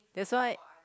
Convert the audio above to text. that's why